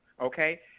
Okay